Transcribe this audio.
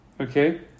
Okay